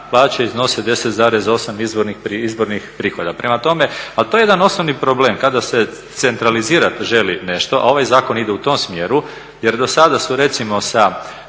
plaće iznose 10,8 izbornih prihoda. Prema tome, ali to je jedan osnovni problem kada se centralizirati želi nešto a ovaj zakon ide u tom smjeru jer do sada su recimo sa